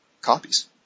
copies